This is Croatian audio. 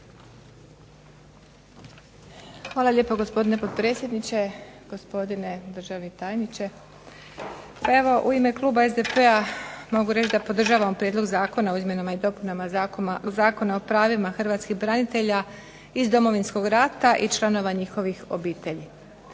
Hvala lijepo. Gospodine potpredsjedniče, gospodine državni tajniče. Pa evo u ime kluba SDP-a mogu reći da podržavamo Prijedlog zakona o izmjenama i dopunama Zakona o pravima Hrvatskih branitelja iz Domovinskog rata i članova njihovih obitelji.